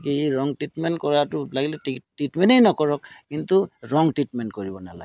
এই ৰং ট্ৰিটমেণ্ট কৰাটো লাগিলে ট্ৰিটমেণ্টেই নকৰক কিন্তু ৰং ট্ৰিটমেণ্ট কৰিব নালাগে